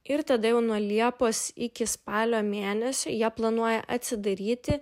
ir tada jau nuo liepos iki spalio mėnesio jie planuoja atsidaryti